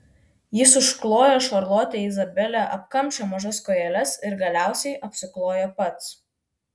jis užklojo šarlotę izabelę apkamšė mažas kojeles ir galiausiai apsiklojo pats